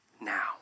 now